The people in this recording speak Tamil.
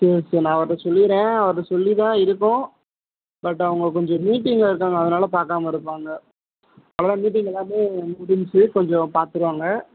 சரி சரி நான் அவர்கிட்ட சொல்லிடறேன் அவர்கிட்ட சொல்லிதான் இருக்கோம் பட் அவங்க கொஞ்சம் மீட்டிங்கில் இருக்காங்க அதனாலே பார்க்காம இருப்பாங்க அவ்வளோதான் மீட்டிங் எல்லாமே முடிஞ்சிச்சு கொஞ்சம் பார்த்துடுவாங்க